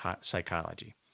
psychology